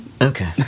Okay